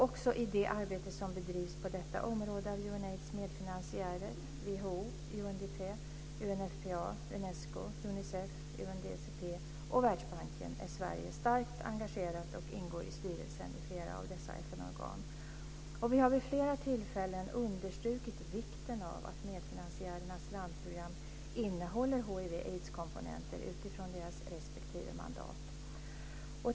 Också i det arbete som bedrivs på detta område av UNAIDS medfinansiärer och Världsbanken är Sverige starkt engagerat och ingår i styrelsen i flera av dessa FN-organ. Vi har vid flera tillfällen understrukit vikten av att medfinansiärernas landprogram innehåller hiv/aids-komponenter utifrån deras respektive mandat.